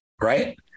Right